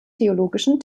theologischen